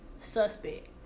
suspect